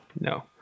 no